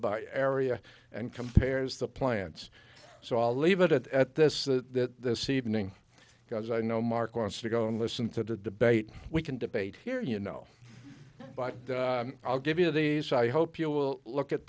by area and compares the plants so i'll leave it at this that see evening because i know mark wants to go and listen to the debate we can debate here you know but i'll give you these i hope you will look at